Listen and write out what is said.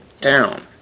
down